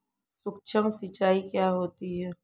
सुक्ष्म सिंचाई क्या होती है?